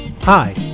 Hi